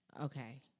Okay